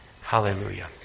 Hallelujah